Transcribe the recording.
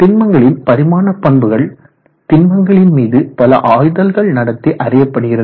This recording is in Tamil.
திண்மங்களின் பரிமாண பண்புகள் திண்மங்களின் மீது பல ஆய்தல்கள் நடத்தி அறியப்படுகிறது